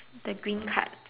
the green card